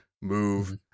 move